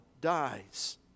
dies